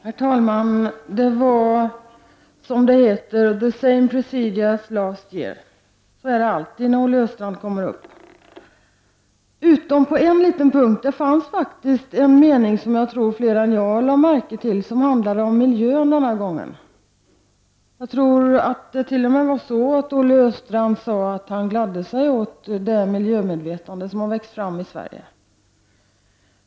Herr talman! Det var, som det heter, ”the same procedure as last year”. Så är det alltid när Olle Östrand kommer upp i talarstolen. Men det fanns faktiskt en mening i Olle Östrands anförande som jag tror att fler än jag lade märke till och som handlade om miljön. Jag tror att Olle Östrand t.o.m. sade att han gladde sig åt det miljömedvetande som har växt fram i Sverige.